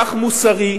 כך מוסרי,